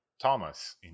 Thomas